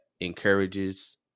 encourages